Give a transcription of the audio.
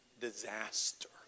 disaster